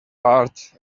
part